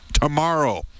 tomorrow